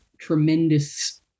tremendous